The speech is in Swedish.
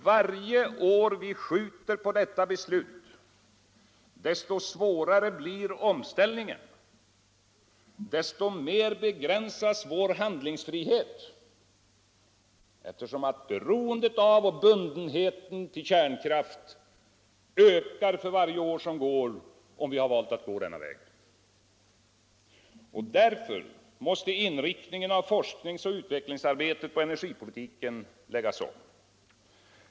Varje år som vi skjuter på detta beslut, desto svårare blir omställningen och desto mer begränsas vår handlingsfrihet, eftersom beroendet av och bundenheten vid kärnkraften ökar för varje år som går, om vi väljer att gå denna väg. Därför måste inriktningen av forskningsoch utvecklingsarbetet på energipolitikens område läggas om.